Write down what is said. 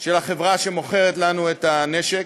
של החברה שמוכרת לנו את הנשק,